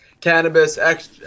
cannabis